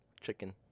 chicken